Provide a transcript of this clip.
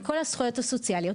לכל הזכויות הסוציאליות,